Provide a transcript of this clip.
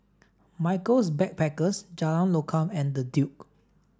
Michaels Backpackers Jalan Lokam and The Duke